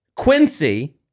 Quincy